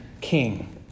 king